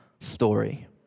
story